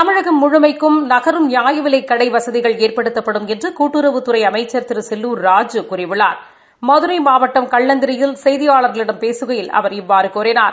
தமிழகம் முழுமைக்கும் நகரும் நியாயவிலைக் கடை வசதிகள் ஏற்படுத்தப்படும் என்று கூட்டுறவுத்துறை அமைச்சா் திரு செல்லூா் ராஜூ கூறியுள்ளாா் மதுரை மாவட்டம் கல்லந்திரியில் செய்தியாளர்களிடம் பேசுகையில் அவர் இவ்வாறு கூறினார்